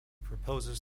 proposes